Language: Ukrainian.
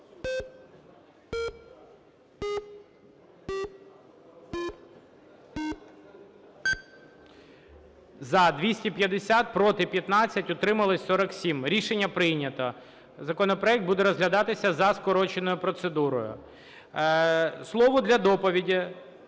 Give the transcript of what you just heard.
За – 250, проти – 15, утрималось – 47. Рішення прийнято. Законопроект буде розглядатися за скороченою процедурою. Слово для доповіді